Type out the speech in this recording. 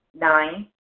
Nine